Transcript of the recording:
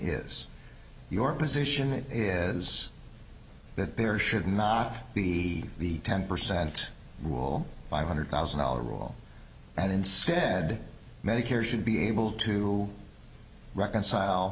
is your position is that there should not be the ten percent rule five hundred thousand dollar rule and instead medicare should be able to reconcile